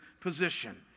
position